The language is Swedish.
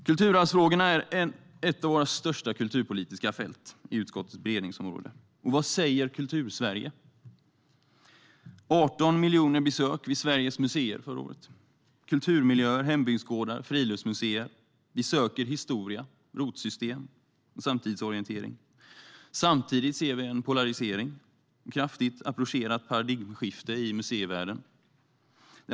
Kulturarvsfrågorna ett av våra största kulturpolitiska fält i utskottets beredningsområde. Vad säger Kultursverige? Det gjordes 18 miljoner besök vid Sveriges museer, kulturmiljöer, hembygdsgårdar och friluftsmuseer. Vi söker historia, rotsystem och samtidsorientering. Samtidigt ser vi en polarisering och ett kraftigt approcherat paradigmskifte i museivärlden.